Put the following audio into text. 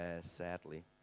sadly